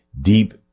deep